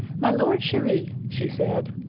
my lord cheri, she said,